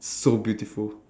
so beautiful